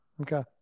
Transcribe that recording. okay